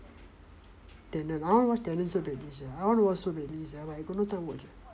tenet I want to watch tenet so badly sia I want to watch so badly sia but I got no time watch